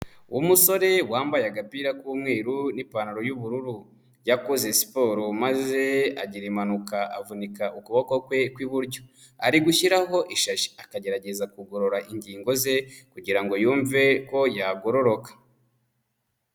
Umusore wambaye agapira k'umweru n'ipantaro y'ubururu, yakoze siporo maze agira impanuka avunika ukuboko kwe kw'iburyo, ari gushyiraho ishashi akagerageza kugorora ingingo ze kugira ngo yumve ko yagororoka.